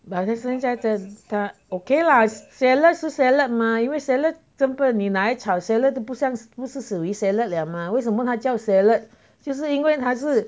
but then 剩下的她 okay lah salad 是 salad mah 因为 salad 如果你拿来炒 salad 都不像不是属于 salad 了吗为什么它叫 salad 是因为它是